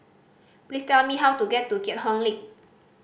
please tell me how to get to Keat Hong Link